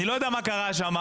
אני לא יודע מה קרה שם,